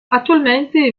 attualmente